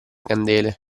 candele